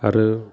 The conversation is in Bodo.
आरो